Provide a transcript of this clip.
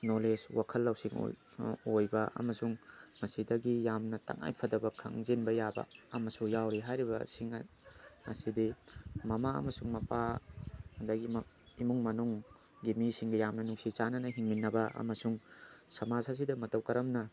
knowledge ꯋꯥꯈꯜ ꯂꯧꯁꯤꯡ ꯑꯣꯏꯕ ꯑꯃꯁꯨꯡ ꯑꯁꯤꯗꯒꯤ ꯌꯥꯝꯅ ꯇꯥꯉꯥꯏ ꯐꯗꯕ ꯈꯪꯖꯤꯟꯕ ꯌꯥꯕ ꯑꯃꯁꯨ ꯌꯥꯎꯔꯤ ꯍꯥꯏꯔꯤꯕꯁꯤꯡ ꯑꯁꯤꯗꯤ ꯃꯃꯥ ꯑꯃꯁꯨꯡ ꯃꯄꯥ ꯑꯗꯒꯤ ꯏꯃꯨꯡ ꯃꯅꯨꯡꯒꯤ ꯃꯤꯁꯤꯡꯒ ꯌꯥꯝꯅ ꯅꯨꯡꯁꯤ ꯆꯥꯟꯅꯅ ꯍꯤꯡꯃꯤꯟꯅꯕ ꯑꯃꯁꯨꯡ ꯁꯃꯥꯖ ꯑꯁꯤꯗ ꯃꯇꯧ ꯀꯔꯝꯅ